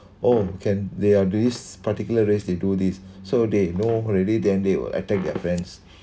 oh can they are this particular race they do this so they know already then they will attack their friends